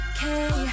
Okay